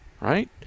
Right